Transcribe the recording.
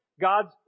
God's